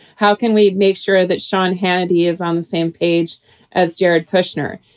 how can we make sure that sean hannity is on the same page as jared kushner?